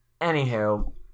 anywho